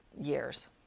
years